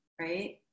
right